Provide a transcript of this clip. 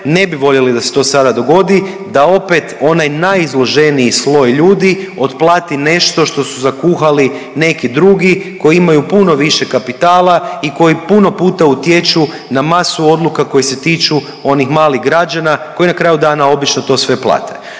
ne bi voljeli da se to sada dogodi, da opet onaj najizloženiji sloj ljudi otplati nešto što su zakuhali neki drugi koji imaju puno više kapitala i koji puno puta utječu na masu odluka koji se tiču onih malih građana koji na kraju dana obično to sve plate.